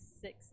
six